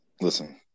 listen